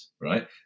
right